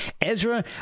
Ezra